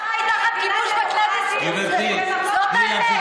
אתה חי תחת הכיבוש, זאת האמת.